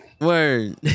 Word